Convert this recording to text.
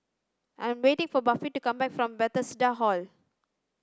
I am waiting for Buffy to come back from Bethesda Hall